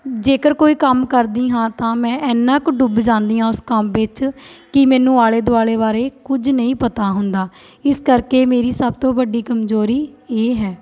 ਜੇਕਰ ਕੋਈ ਕੰਮ ਕਰਦੀ ਹਾਂ ਤਾਂ ਮੈਂ ਇੰਨਾ ਕੁ ਡੁੱਬ ਜਾਂਦੀ ਹਾਂ ਉਸ ਕੰਮ ਵਿੱਚ ਕਿ ਮੈਨੂੰ ਆਲੇ ਦੁਆਲੇ ਬਾਰੇ ਕੁਝ ਨਹੀਂ ਪਤਾ ਹੁੰਦਾ ਇਸ ਕਰਕੇ ਮੇਰੀ ਸਭ ਤੋਂ ਵੱਡੀ ਕਮਜ਼ੋਰੀ ਇਹ ਹੈ